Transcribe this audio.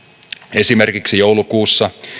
esimerkiksi joulukuussa